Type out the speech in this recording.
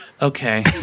Okay